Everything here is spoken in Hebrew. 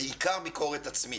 בעיקר ביקורת עצמית.